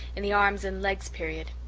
in the arms-and-legs period.